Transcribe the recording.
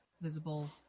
visible